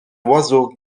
oiseau